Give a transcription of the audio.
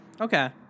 Okay